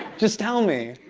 just tell me.